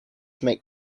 make